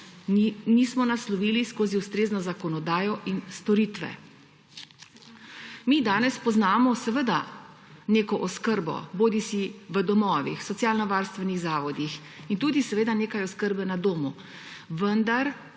nismo naslovili skozi ustrezno zakonodajo in storitve. Mi danes poznamo seveda neko oskrbo, bodisi v domovih, socialnovarstvenih zavodih in tudi seveda nekaj oskrbe na domu, vendar,